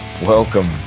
welcome